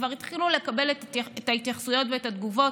כבר התחילו לקבל את ההתייחסויות ואת התגובות.